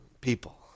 people